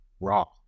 raw